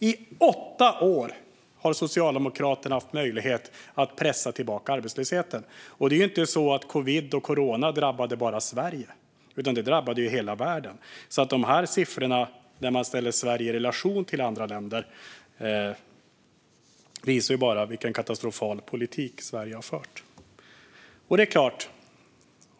I åtta år har Socialdemokraterna haft möjlighet att pressa tillbaka arbetslösheten. Det är inte så att covid och corona bara drabbade Sverige, utan det drabbade hela världen. De siffror där man ställer Sverige i relation till andra länder visar bara vilken katastrofal politik Sverige har fört.